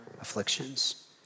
afflictions